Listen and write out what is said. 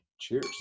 cheers